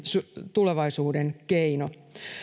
tulevaisuuden keino